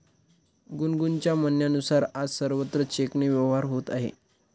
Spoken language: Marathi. गुनगुनच्या म्हणण्यानुसार, आज सर्वत्र चेकने व्यवहार होत आहे